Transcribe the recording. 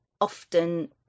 often